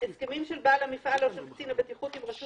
- הסכמים של בעל המפעל או של קצין הבטיחות עם רשות